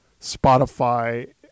spotify